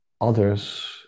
Others